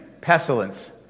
pestilence